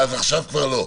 אז עכשיו כבר לא,